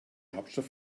hauptstadt